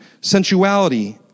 sensuality